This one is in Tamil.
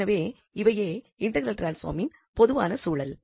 எனவே இவையே இன்டெக்ரல் டிரான்ஸ்பாமின் பொதுவான சூழல்